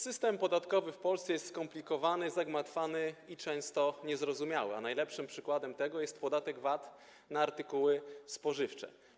System podatkowy w Polsce jest skomplikowany, zagmatwany i często niezrozumiały, a najlepszym przykładem tego jest podatek VAT na artykuły spożywcze.